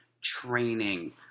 training